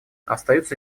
остаются